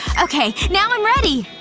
okay now i'm ready!